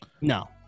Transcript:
No